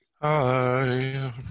Hi